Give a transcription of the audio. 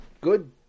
good